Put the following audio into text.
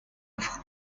offre